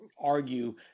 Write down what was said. argue